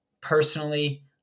Personally